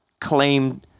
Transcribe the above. claim